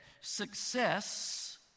success